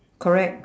correct